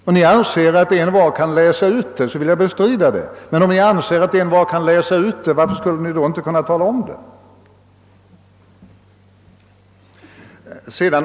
Jag bestrider att envar kan läsa ut detta. Men om Ni ändå anser att så är förhållandet, varför skulle Ni inte kunna tala om det?